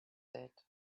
said